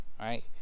right